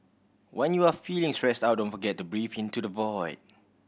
when you are feeling stressed out don't forget to breathe into the void